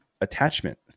attachment